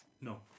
no